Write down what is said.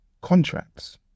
Contracts